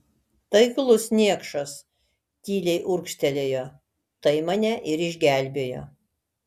taiklus niekšas tyliai urgztelėjo tai mane ir išgelbėjo